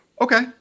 Okay